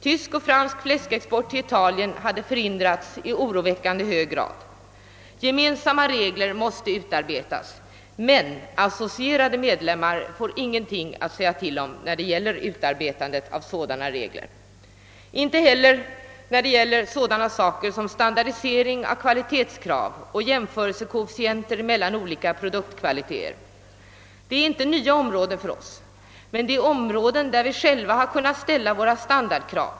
Tysk och fransk fläskexport till Italien hade förhindrats i oroväckande hög grad. Gemensamma regler måste utarbetas. Men associerade medlemmar får inget att säga till om när det gäller utarbetandet av dessa regler, lika litet som när det gäller sådana frågor som standardisering av kvalitetskrav och jämförelsekoefficienter mellan olika produktkvaliteter. Detta är inte nya områden för oss, men det är områden där vi själva kunnat ställa våra standardkrav.